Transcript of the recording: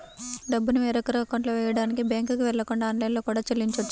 డబ్బుని వేరొకరి అకౌంట్లో వెయ్యడానికి బ్యేంకుకి వెళ్ళకుండా ఆన్లైన్లో కూడా చెల్లించొచ్చు